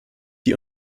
die